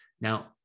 Now